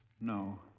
No